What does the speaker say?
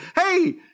hey